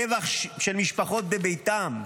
טבח של משפחות בביתן,